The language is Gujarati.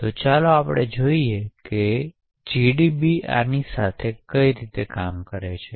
તો ચાલો આપણે જોઈએ GDB આની સાથે કામ કરે છે